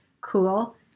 cool